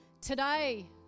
Today